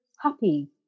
happy